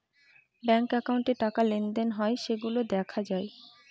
bank একাউন্টে টাকা লেনদেন হয় সেইগুলা দেখা যায়